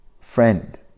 Friend